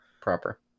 proper